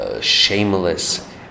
Shameless